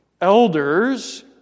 Elders